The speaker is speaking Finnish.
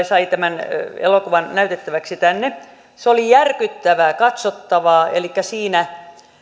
sai tämän elokuvan näytettäväksi tänne se oli järkyttävää katsottavaa elikkä siinä